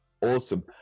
Awesome